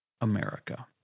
America